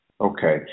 Okay